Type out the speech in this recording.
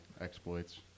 exploits